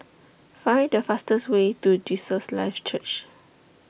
Find The fastest Way to Jesus Lives Church